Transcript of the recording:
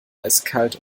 eiskalt